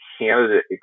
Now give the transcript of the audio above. candidate